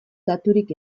daturik